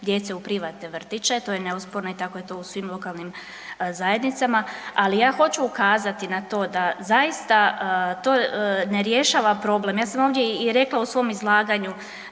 djece u privatne vrtiće to je neosporno i tako je to u svim lokalnim zajednicama, ali ja hoću ukazati na to da zaista to ne rješava problem, ja sam ovdje i rekla u svom izlaganju